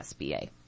SBA